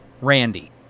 Randy